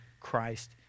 Christ